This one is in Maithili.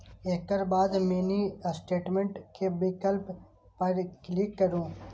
एकर बाद मिनी स्टेटमेंट के विकल्प पर क्लिक करू